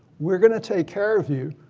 we're going to take care of you,